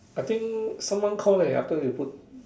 I think someone call leh after you put